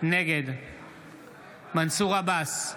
נגד מנסור עבאס,